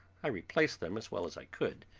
i replaced them as well as i could,